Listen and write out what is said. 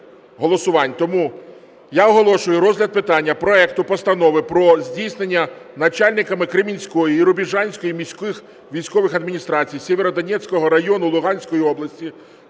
Тому я оголошую розгляд питання проекту Постанови про здійснення начальниками Кремінської і Рубіжанської міських військових адміністрацій Сєвєродонецького району Луганської області